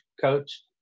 coach